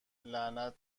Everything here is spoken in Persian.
لعنت